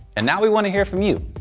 and now we wanna hear from you.